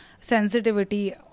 sensitivity